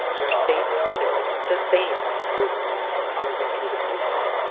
your safe six. the same group on a repeated basis.